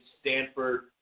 Stanford